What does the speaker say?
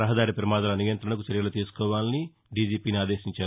రహదారి ప్రమాదాల నియంత్రణకు చర్యలు తీసుకోవాలని డీజీపీని ఆదేశించారు